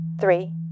three